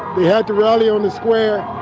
we had the rally on the square.